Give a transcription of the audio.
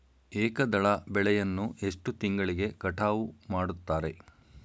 ಏಕದಳ ಬೆಳೆಯನ್ನು ಎಷ್ಟು ತಿಂಗಳಿಗೆ ಕಟಾವು ಮಾಡುತ್ತಾರೆ?